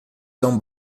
são